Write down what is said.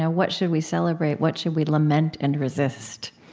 ah what should we celebrate? what should we lament and resist?